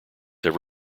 have